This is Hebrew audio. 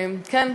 כן,